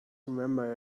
remember